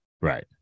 Right